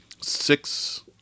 six